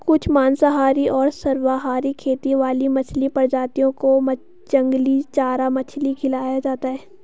कुछ मांसाहारी और सर्वाहारी खेती वाली मछली प्रजातियों को जंगली चारा मछली खिलाया जाता है